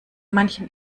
manchen